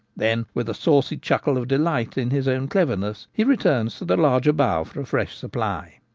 then, with a saucy chuckle of delight in his own cleverness, he returns to the larger bough for a fresh supply.